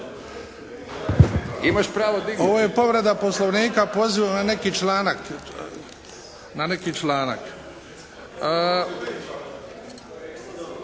Ovo je povreda Poslovnika pozivom na neki članak,